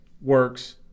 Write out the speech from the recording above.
works